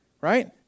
right